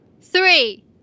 three